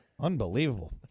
Unbelievable